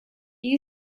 you